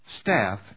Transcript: Staff